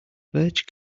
birch